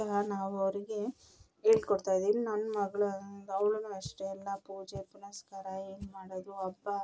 ಅಂತ ನಾವು ಅವರಿಗೆ ಹೇಳ್ಕೊಡ್ತಾಯಿದೀವಿ ನನ್ನ ಮಗಳು ಅವ್ಳು ಅಷ್ಟೇ ಎಲ್ಲ ಪೂಜೆ ಪುನಸ್ಕಾರ ಏನು ಮಾಡೋದು ಹಬ್ಬ